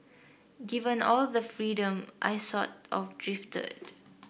given all the freedom I sort of drifted